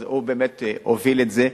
אז הוא באמת הוביל את זה,